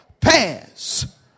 pass